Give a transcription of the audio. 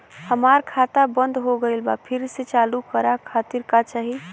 हमार खाता बंद हो गइल बा फिर से चालू करा खातिर का चाही?